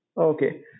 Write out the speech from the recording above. Okay